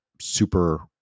super